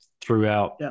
throughout